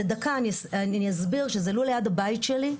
בדקה אני אסביר שזה לול ליד הבית שלי,